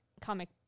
comic